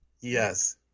yes